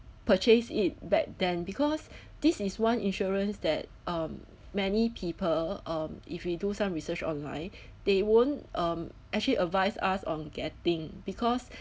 purchased it back then because this is one insurance that um many people um if you do some research online they won't um actually advise us on getting because